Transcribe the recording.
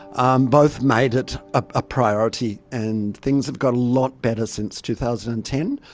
um both made it a priority. and things have got a lot better since two thousand and ten.